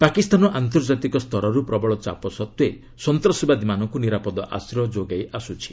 ପାକିସ୍ତାନ ଆନ୍ତର୍ଜାତିକ ସ୍ତରରୁ ପ୍ରବଳ ଚାପ ସତ୍ତ୍ୱେ ସନ୍ତାସବାଦୀମାନଙ୍କୁ ନିରାପଦ ଆଶ୍ରୟ ଯୋଗାଇ ଆସୁଛି